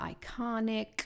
iconic